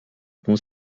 bon